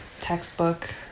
textbook